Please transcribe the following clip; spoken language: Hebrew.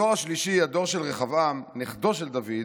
בדור השלישי, הדור של רחבעם, נכדו של דוד,